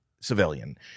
civilian